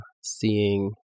seeing